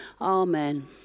Amen